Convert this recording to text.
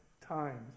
Times